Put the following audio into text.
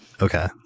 Okay